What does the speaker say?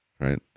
right